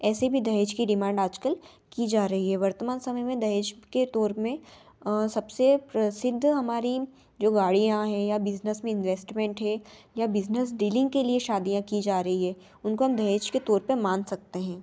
ऐसे में दहेज कि डिमांड आजकल कि जा रही है वर्तमान समय में दहेज के दौर में सबसे प्रसिद्ध हमारी जो गाड़ियां हैं या बिजनेस में इनवेस्टमेंट है या बिजनेस डीलिंग के लिए शादियाँ की जा रही हैं उनको हम दहेज के तौर पे मान सकते हैं